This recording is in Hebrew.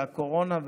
והקורונה,